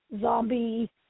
zombie